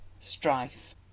strife